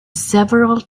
several